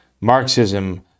Marxism